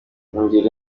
ingeri